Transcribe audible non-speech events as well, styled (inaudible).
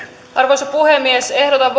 arvoisa puhemies ehdotan (unintelligible)